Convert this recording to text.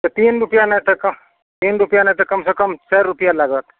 तऽ तीन रुपआ नहि तऽ तीन रुपआ नहि तऽ कमसँ कम चारि रुपआ लागत